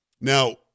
Now